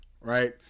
right